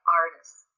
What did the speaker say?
artists